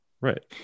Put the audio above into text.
Right